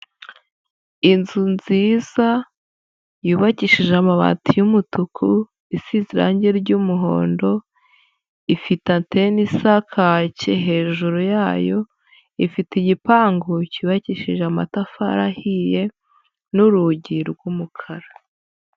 Inzu nziza yubakishije amabati y'umutuku, isize irange ry'umuhondo, ifite anteni isa kake hejuru yayo, ifite igipangu cyubakishije amatafari ahiye n'urugi rw'umukara.